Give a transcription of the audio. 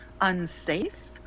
unsafe